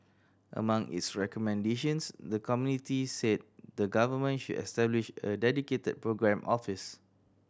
among its recommendations the committee said the Government should establish a dedicated programme office